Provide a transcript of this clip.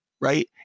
right